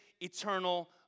eternal